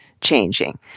changing